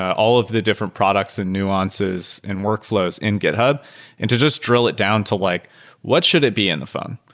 all of the different products and nuances and workflows in github and to just drill it down to like what should it be in the phone?